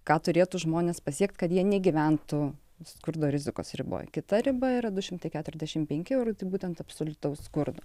ką turėtų žmones pasiekti kad jie negyventų skurdo rizikos riboj kita riba yra du šimtai keturiasdešim penki eurai tai būtent absoliutaus skurdo